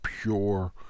pure